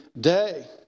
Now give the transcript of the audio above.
day